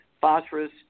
phosphorus